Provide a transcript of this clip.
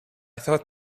thought